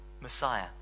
Messiah